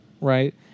right